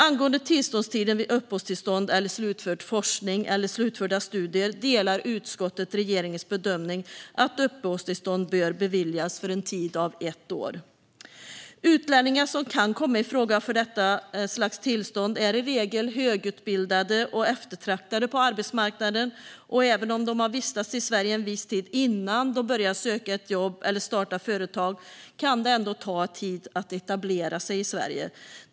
Angående tillståndstiden vid uppehållstillstånd efter slutförd forskning eller slutförda studier delar utskottet regeringens bedömning att uppehållstillstånd bör beviljas för en tid av ett år. Utlänningar som kan komma i fråga för detta slags tillstånd är i regel högutbildade och eftertraktade på arbetsmarknaden, och även om de har vistats i Sverige en viss tid innan de börjar söka jobb eller starta företag kan det ta tid för dem att etablera sig i Sverige.